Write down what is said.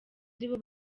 aribo